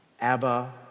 Abba